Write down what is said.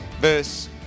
verse